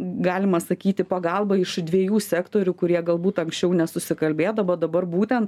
galima sakyti pagalba iš dviejų sektorių kurie galbūt anksčiau nesusikalbėdavo dabar būtent